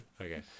Okay